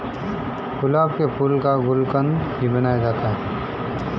गुलाब के फूल का गुलकंद भी बनाया जाता है